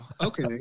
Okay